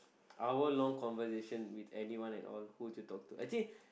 hour long conversation with anyone at all who to talk to actually